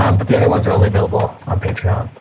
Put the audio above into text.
um but the other ones are only available on patriot.